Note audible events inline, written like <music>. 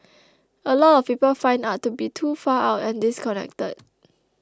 <noise> a lot of people find art to be too far out and disconnected